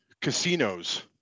casinos